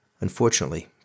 Unfortunately